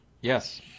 Yes